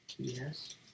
Yes